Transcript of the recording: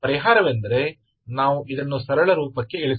समाधान यह है कि हमें इसे रूप में कम करना है तो वह क्या है